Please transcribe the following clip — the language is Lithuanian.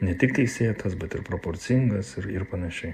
ne tik teisėtas bet ir proporcingas ir ir panašiai